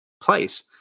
place